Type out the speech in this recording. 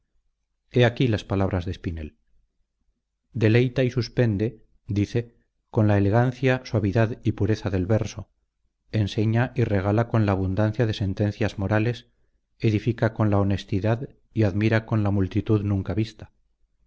he aquí las palabras de espinel deleita y suspende dice con la elegancia suavidad y pureza del verso enseña y regala con la abundancia de sentencias morales edifica con la honestidad y admira con la multitud nunca vista